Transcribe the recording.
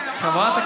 לא,